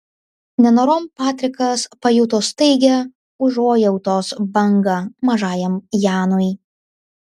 nenorom patrikas pajuto staigią užuojautos bangą mažajam janui